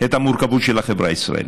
את המורכבות של החברה הישראלית.